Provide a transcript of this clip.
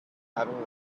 having